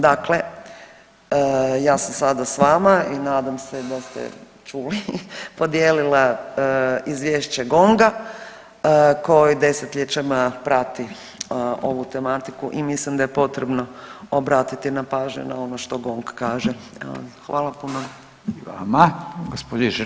Dakle, ja sam sada s vama i nadam se da ste čuli, podijelila izvješće GONG-a koji desetljećima prati ovu tematiku i mislim da je potrebno obratiti na pažnju na ono što GONG kaže.